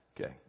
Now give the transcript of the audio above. Okay